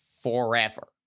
forever